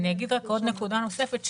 אני אומר עוד נקודה נוספת.